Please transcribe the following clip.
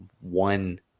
one